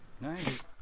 Nice